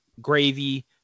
gravy